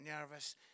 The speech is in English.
nervous